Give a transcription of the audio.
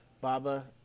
Baba